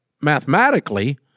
mathematically